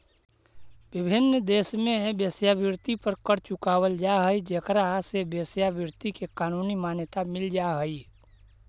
विभिन्न देश में वेश्यावृत्ति पर कर चुकावल जा हई जेकरा से वेश्यावृत्ति के कानूनी मान्यता मिल जा हई